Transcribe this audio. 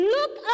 Look